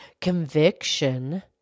conviction